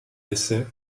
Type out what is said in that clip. décès